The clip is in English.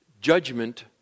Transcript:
Judgment